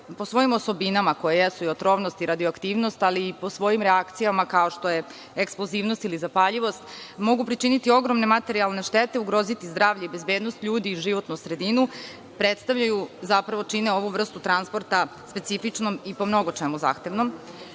po svojim osobinama, koje jesu i otrovnost i radioaktivnost, ali i po svojim reakcijama, kao što je eksplozivnost ili zapaljivost, mogu pričiniti ogromne materijalne štete, ugroziti zdravlje, bezbednost ljudi i životnu sredinu, čine ovu vrstu transporta specifičnom i po mnogo čemu zahtevnom. Nakon